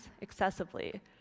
excessively